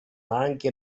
anche